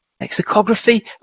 lexicography